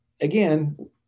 Again